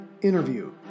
Interview